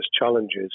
challenges